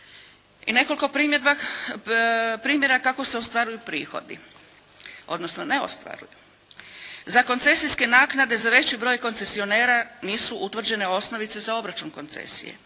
I nekoliko primjera kako se ostvaruju prihodi odnosno ne ostvaruju. Za koncesijske naknade za veći broj koncesionera nisu utvrđene osnovice za obračun koncesije.